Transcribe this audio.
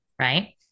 right